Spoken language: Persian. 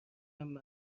مهم